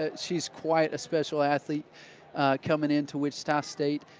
ah she's quite a special athlete coming in to wichita state.